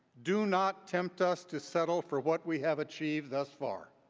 do not tempt us to settle for what we have achieved thus far.